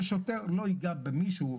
ששוטר לא יגע במישהו.